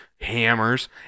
hammers